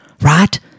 Right